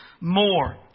more